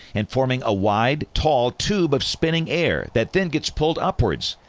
and forming a wide, tall tube of spinning air that then gets pulled upwards.